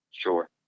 sure